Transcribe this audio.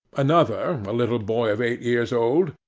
another, a little boy of eight years old,